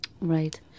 Right